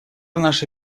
наше